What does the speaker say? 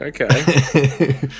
okay